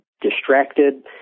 distracted